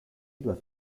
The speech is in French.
doivent